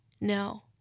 No